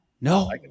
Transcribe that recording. No